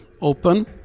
open